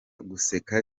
guseka